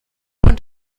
und